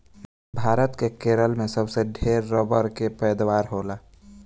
भारत के केरल में सबसे ढेर रबड़ कअ पैदावार होला